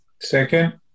Second